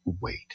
wait